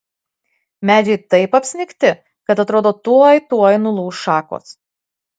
medžiai taip apsnigti kad atrodo tuoj tuoj nulūš šakos